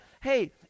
hey